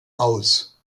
aus